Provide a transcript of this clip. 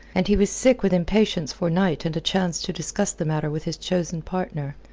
and he was sick with impatience for night and a chance to discuss the matter with his chosen partner.